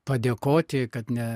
padėkoti kad ne